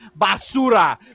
basura